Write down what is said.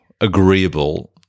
agreeable